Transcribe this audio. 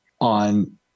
on